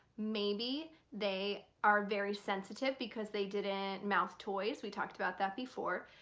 maybe they are very sensitive because they didn't mouth toys we talked about that before.